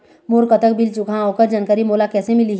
मोर कतक बिल चुकाहां ओकर जानकारी मोला कैसे मिलही?